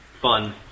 Fun